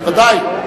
בוודאי.